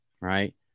right